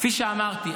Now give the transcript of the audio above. כפי שאמרתי,